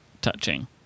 Touching